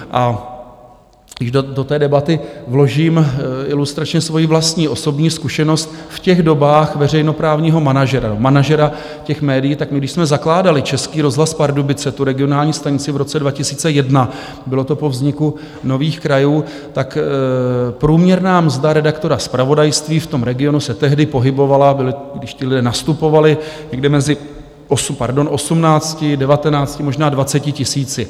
A když do té debaty vložím ilustračně svoji vlastní osobní zkušenost v těch dobách veřejnoprávního manažera těch médií, tak my když jsme zakládali Český rozhlas Pardubice, tu regionální stanici, v roce 2001, bylo to po vzniku nových krajů, tak průměrná mzda redaktora zpravodajství v tom regionu se tehdy pohybovala, když ti lidé nastupovali, někde mezi 18, 19 možná 20 tisíci.